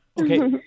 Okay